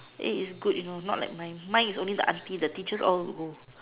eh it's good you know not like mine mine is only the auntie the teachers all won't go